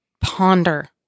Ponder